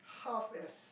half as